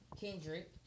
Kendrick